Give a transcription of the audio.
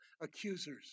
accusers